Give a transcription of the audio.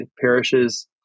parishes